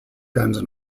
guns